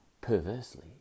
perversely